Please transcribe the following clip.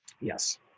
Yes